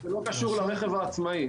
זה לא קשור לרכב העצמאי,